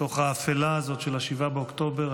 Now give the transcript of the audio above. בתוך האפלה הזאת של 7 באוקטובר,